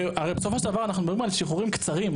הרי בסופו של דבר אנחנו מדברים על שחרורים קצרים.